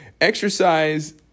exercise